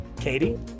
Katie